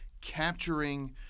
capturing